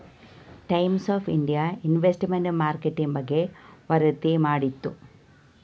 times of India investment market ಬಗ್ಗೆ ವರದಿ ಮಾಡಿತು